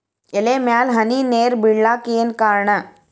ಎಲೆ ಮ್ಯಾಲ್ ಹನಿ ನೇರ್ ಬಿಳಾಕ್ ಏನು ಕಾರಣ?